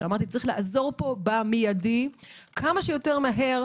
כשאמרתי: צריך לעזור פה במיידי כמה שיותר מהר